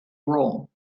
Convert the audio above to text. roll